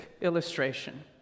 illustration